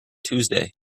tuesday